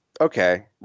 okay